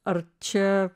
ar čia